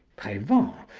prevan,